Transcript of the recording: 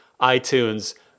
iTunes